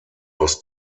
aus